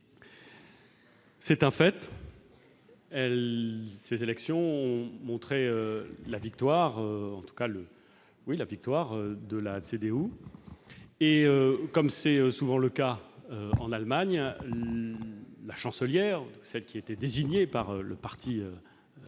C'est un fait, ces élections ont consacré la victoire de la CDU, et, comme c'est souvent le cas en Allemagne, celle qui était désignée par le parti principal